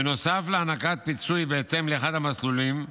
נוסף להענקת פיצוי בהתאם לאחד המסלולים,